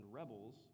rebels